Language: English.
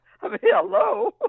hello